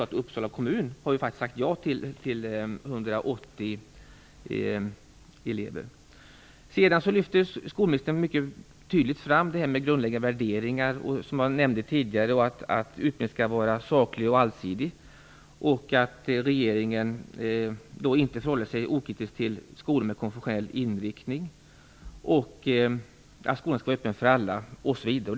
Men Uppsala kommun har faktiskt sagt ja till 180 elever. Skolministern lyfte tydligt fram detta med grundläggande värderingar, som jag tidigare nämnde, att utbildningen skall vara saklig och allsidig, att regeringen inte förhåller sig okritisk till skolor med konfessionell inriktning och att skolan skall vara öppen för alla osv.